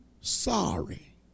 sorry